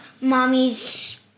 Mommy's